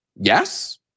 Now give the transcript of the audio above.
yes